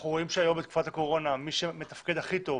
אנחנו רואים שהיום בתקופת הקורונה מי שמתפקד הכי טוב